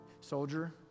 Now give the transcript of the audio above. Soldier